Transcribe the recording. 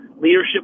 leadership